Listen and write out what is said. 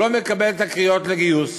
לא מקבל את הקריאות לגיוס,